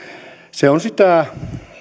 se on sitä